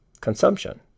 consumption